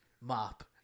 mop